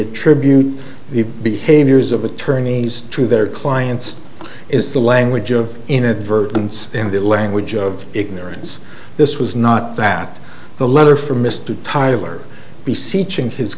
attribute the behaviors of attorneys to their clients is the language of inadvertence and the language of ignorance this was not that the letter from mr tytler